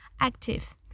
active